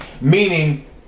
meaning